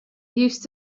used